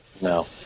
No